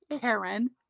Karen